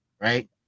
right